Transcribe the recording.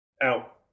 out